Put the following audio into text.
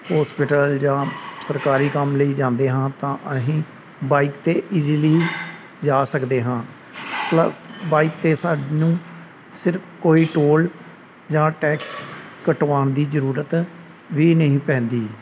hospital ਜਾਂ ਸਰਕਾਰੀ ਕੰਮ ਲਈ ਜਾਂਦੇ ਹਾਂ ਤਾਂ ਅਸੀਂ ਬਾਈਕ 'ਤੇ ਇਜ਼ੀਲੀ ਜਾ ਸਕਦੇ ਹਾਂ ਪਲਸ ਬਾਈਕ 'ਤੇ ਸਾਨੂੰ ਸਿਰਫ ਕੋਈ ਟੋਲ ਜਾਂ ਟੈਕਸ ਕਟਵਾਉਣ ਦੀ ਜ਼ਰੂਰਤ ਵੀ ਨਹੀਂ ਪੈਂਦੀ